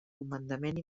comandament